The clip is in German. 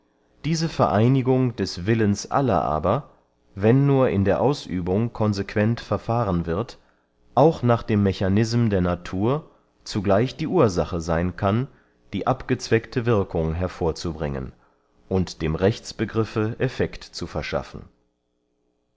diese vereinigung des willens aller aber wenn nur in der ausübung consequent verfahren wird auch nach dem mechanism der natur zugleich die ursache seyn kann die abgezweckte wirkung hervorzubringen und dem rechtsbegriffe effekt zu verschaffen